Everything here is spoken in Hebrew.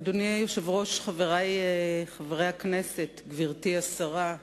אדוני היושב-ראש, חברי חברי הכנסת, גברתי השרה,